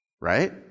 Right